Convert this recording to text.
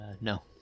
No